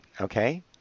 Okay